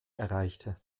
erreichte